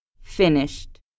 finished